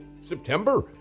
September